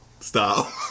stop